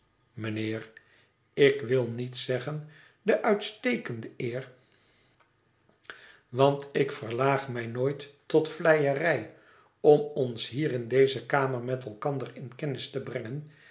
ik wil niet zeggen de uitstekende eer want ik verlaag mij nooit tot vleierij om ons hier in deze kamer met elkander in kennis te brengen